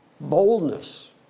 boldness